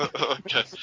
Okay